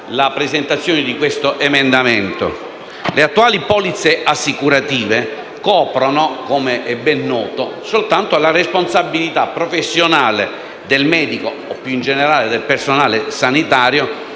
la presentazione dell'emendamento 10.201. Le attuali polizze assicurative coprono, com'è ben noto, soltanto la responsabilità professionale del medico o, più in generale, del personale sanitario